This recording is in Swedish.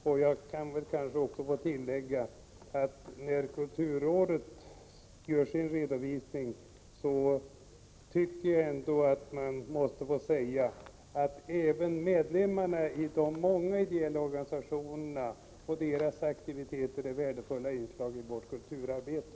Låt mig också tillägga, att det bör framhållas när kulturrådet gör sin redovisning att medlemmarna i de många ideella organisationerna och deras aktiviteter är värdefulla inslag i vårt kulturarbete.